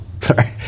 sorry